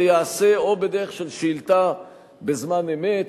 זה ייעשה או בדרך של שאילתא בזמן אמת,